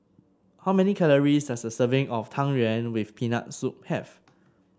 how many calories does a serving of Tang Yuen with Peanut Soup have